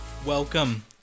Welcome